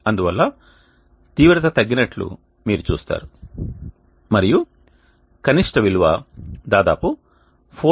అందువల్ల తీవ్రత తగ్గినట్లు మీరు చూస్తారు మరియు కనిష్ట విలువ దాదాపు 4